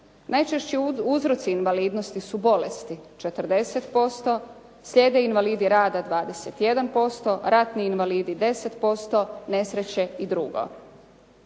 Najčešći uzroci invalidnosti su bolesti 40%, slijede invalidi rada 21%, ratni invalidi 10%, nesreće i drugo.